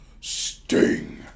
Sting